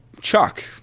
Chuck